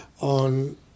on